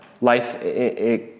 Life